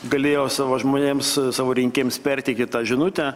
galėjo savo žmonėms savo rinkėjams perteikė tą žinutę